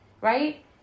right